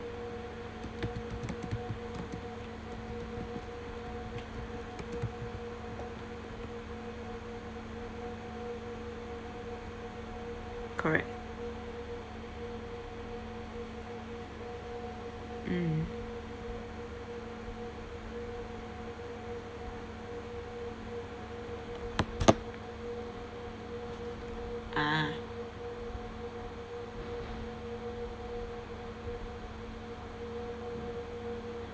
correct mm ah